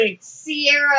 Sierra